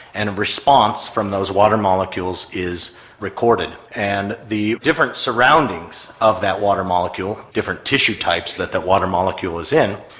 and a response from those water molecules is recorded. and the different surroundings of that water molecule, different tissue types that that water molecule is in,